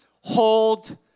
hold